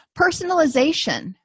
personalization